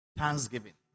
thanksgiving